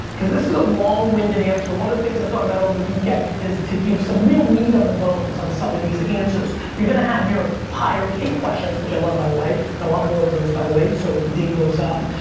cause this is a long-winded answer. one of the things i thought about over the weekend is to give some real meat on the bones on some of these answers. you're gonna have your pie or cake questions, which i love by the way, and i want more of those, by the way, so ding those up.